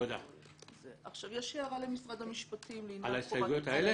יש הערה למשרד המשפטים לעניין חובת הצפייה.